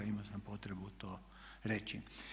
Imao sam potrebu to reći.